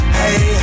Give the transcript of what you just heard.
hey